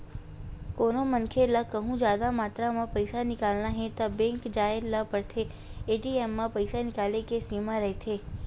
कोनो मनखे ल कहूँ जादा मातरा म पइसा निकालना हे त बेंक जाए ल परथे, ए.टी.एम म पइसा निकाले के सीमा रहिथे